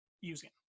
using